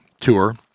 tour